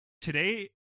today